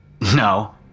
No